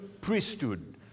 priesthood